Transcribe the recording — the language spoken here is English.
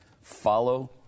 Follow